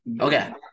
Okay